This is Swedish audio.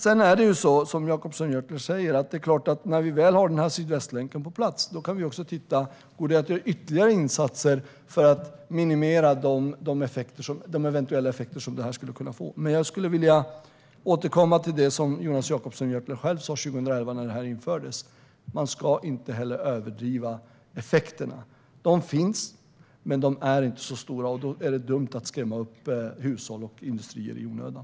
Precis som Jonas Jacobsson Gjörtler säger kan vi när vi har Sydvästlänken på plats självklart titta på om det går att göra ytterligare insatser för att minimera de eventuella effekter som detta skulle kunna få. Jag vill dock återkomma till det som Jonas Jacobsson Gjörtler själv sa 2011 när detta infördes, nämligen att man inte ska överdriva effekterna. De finns, men de är inte så stora. Och då är det dumt att skrämma upp hushåll och industrier i onödan.